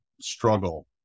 struggle